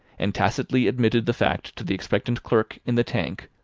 and tacitly admitted the fact to the expectant clerk in the tank,